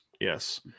yes